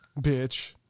bitch